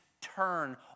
turn